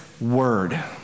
word